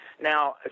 Now